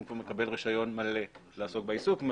הוא מקבל רישיון מלא לעסוק בעיסוק.